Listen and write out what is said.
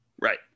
Right